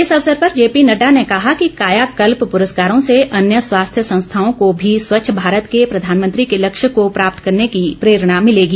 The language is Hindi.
इस अवसर पर जेपी नड्डा ने कहा कि कायाकल्प पुरस्कारों से अन्य स्वास्थ्य संस्थाओं को भी स्वच्छ भारत के प्रधानमंत्री के लक्ष्य को प्राप्त करने की प्रेरणा मिलेगी